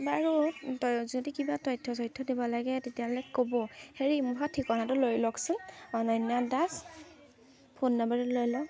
বাৰু যদি কিবা তথ্য চথ্য দিব লাগে তেতিয়াহ'লে ক'ব হেৰি মোৰ ঠিকনাটো লৈ লওকচোন অনন্যা দাস ফোন নাম্বাৰটো লৈ লওক